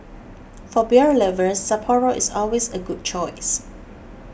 for beer lovers Sapporo is always a good choice